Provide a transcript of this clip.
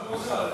אהלן וסהלן.